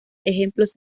ejemplos